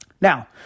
Now